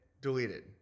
deleted